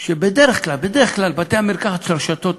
שבדרך כלל, בדרך כלל, בתי-המרקחת של הרשתות